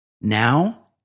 Now